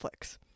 Netflix